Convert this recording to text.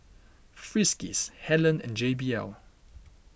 Friskies Helen and J B L